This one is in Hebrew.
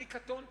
אני קטונתי.